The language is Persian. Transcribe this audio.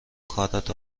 کارت